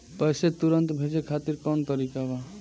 पैसे तुरंत भेजे खातिर कौन तरीका बा?